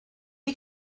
you